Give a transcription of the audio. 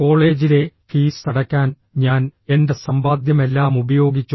കോളേജിലെ ഫീസ് അടയ്ക്കാൻ ഞാൻ എന്റെ സമ്പാദ്യമെല്ലാം ഉപയോഗിച്ചു